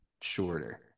shorter